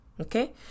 Okay